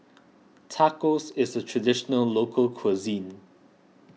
Tacos is a Traditional Local Cuisine